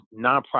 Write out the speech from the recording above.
nonprofit